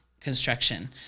construction